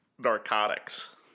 narcotics